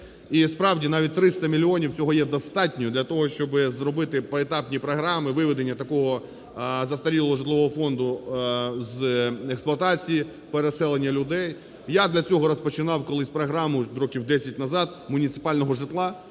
І, справді, навіть 300 мільйонів, цього є достатньо для того, щоби зробити поетапні програми виведення такого застарілого житлового фонду з експлуатації, переселення людей. Я для цього розпочинав колись програму років 10 назад муніципального житла,